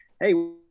hey